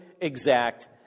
exact